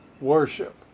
worship